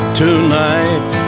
tonight